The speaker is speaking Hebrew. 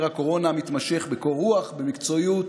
הקורונה המתמשך בקור רוח ובמקצועיות,